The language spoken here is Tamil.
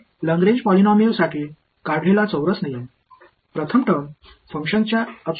லாக்ரேஞ்ச் பாலினாமியல் களுக்காக நான் பெற்ற குவாட்ரேச்சர் விதி